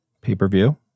pay-per-view